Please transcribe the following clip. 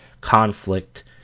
conflict